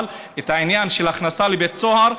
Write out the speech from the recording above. אבל את העניין של הכנסה לבית סוהר,